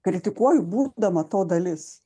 kritikuoju būdama to dalis